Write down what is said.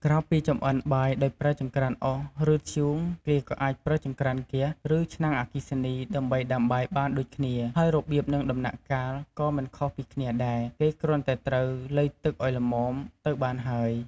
ក្រៅពីចម្អិនបាយដោយប្រើចង្រ្កានអុស ឬ ធ្យូង គេក៏អាចប្រើចង្រ្កានហ្គាស ឬ ឆ្នាំងអគ្គីសនី ដើម្បីដាំបាយបានដូចគ្នា ហើយរបៀប និងដំណាក់កាលក៏មិនខុសពីគ្នាដែរ គេគ្រាន់តែត្រូវលៃទឹកឱ្យល្មមទៅបានហើយ។